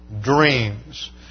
dreams